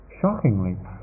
shockingly